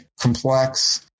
complex